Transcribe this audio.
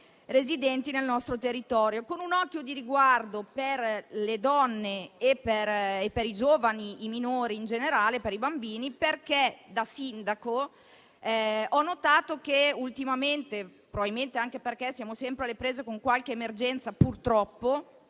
residenti nel nostro territorio, con un occhio di riguardo per le donne e i giovani, i minori in generale e i bambini, perché da sindaco ho notato che ultimamente, probabilmente anche perché siamo sempre alle prese con qualche emergenza, purtroppo